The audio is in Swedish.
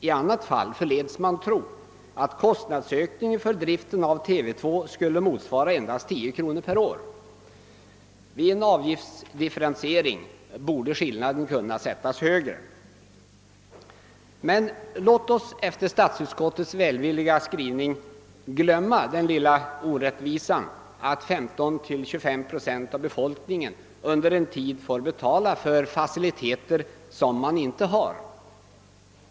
I annat fall förleds man att tro att kostnadsökningen för driften av TV 2 skulle motsvara endast 10 kronor per år. Vid en avgiftsdifferentiering borde skillnaden kunna göras större. Men låt oss efter statsutskottets välvilliga skrivning glömma den lilla orättvisan att 15—25 procent av befolkningen under en tid får betala för faciliteter som man inte har.